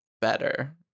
better